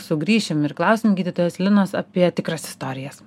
sugrįšim ir klausim gydytojos linos apie tikras istorijas